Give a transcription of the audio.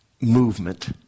movement